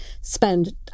spend